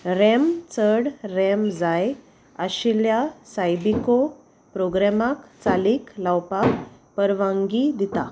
RAM चड RAM जाय आशिल्ल्या सायबिको प्रोग्रेमाक चालीक लावपाक परवानगी दिता